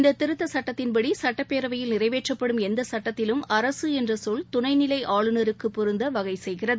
இந்ததிருத்தச் சுட்டத்தின்படிசுட்டப் பேரவையில் நிறைவேற்றப்படும் எந்தசுட்டத்திலும் அரகஎன்றசொல் துணைநிலைஆளுநருக்குபொருந்தவகைசெய்கிறது